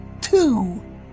Two